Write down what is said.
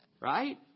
right